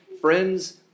Friends